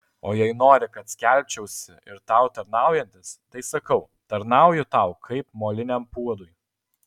o jei nori kad skelbčiausi ir tau tarnaujantis tai sakau tarnauju tau kaip moliniam puodui